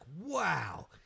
wow